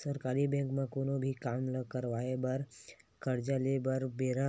सरकारी बेंक म कोनो भी काम ल करवाय बर, करजा लेय बर बेरा